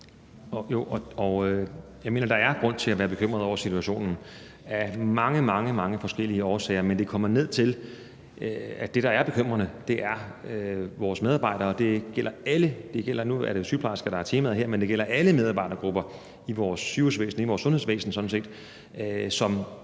der er grund til at være bekymret over situationen af mange, mange forskellige årsager. Men det kommer ned til, at det, der er bekymrende, er vores medarbejdere. Det gælder alle – nu er det jo sygeplejersker, der er temaet her